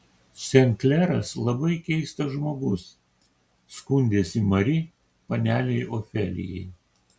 sen kleras labai keistas žmogus skundėsi mari panelei ofelijai